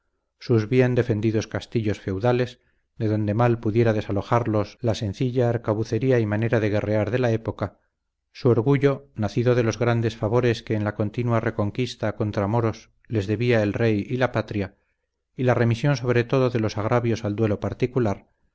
sus bien defendidos castillos feudales de donde mal pudiera desalojarlos la sencilla arcabucería y manera de guerrear de la época su orgullo nacido de los grandes favores que en la continua reconquista contra moros les debía el rey y la patria y la remisión sobre todo de los agravios al duelo particular